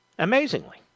Amazingly